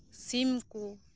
ᱥᱤᱢᱠᱚ